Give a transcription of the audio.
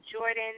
Jordan